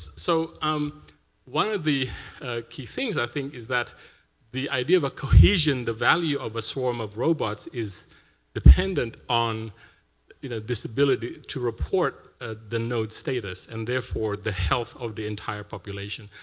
so um one of the key things, i think, is that the idea of a cohesion, the value of a swarm of robots, is dependent on you know this ability to report ah the node status, and therefore the health of the entire population.